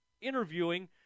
interviewing